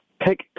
pick